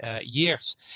years